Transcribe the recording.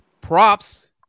Props